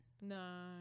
No